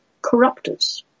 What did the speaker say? corruptors